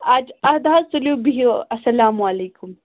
اَدٕ اَدٕ حظ تُلِو بِہِو اَسلامُ علیکُم